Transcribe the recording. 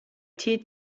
tee